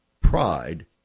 Pride